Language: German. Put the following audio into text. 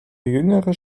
jüngere